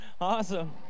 Awesome